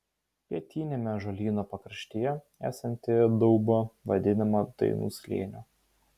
pietiniame ąžuolyno pakraštyje esanti dauba vadinama dainų slėniu